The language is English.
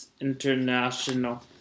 international